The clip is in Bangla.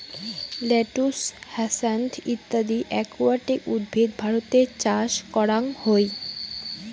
লেটুস, হ্যাসান্থ ইত্যদি একুয়াটিক উদ্ভিদ ভারতে চাষ করাং হই